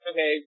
Okay